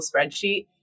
spreadsheet